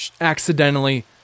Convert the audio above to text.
accidentally